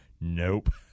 nope